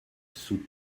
sous